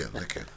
זה כן.